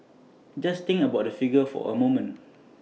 just think about that figure for A moment